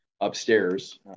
Upstairs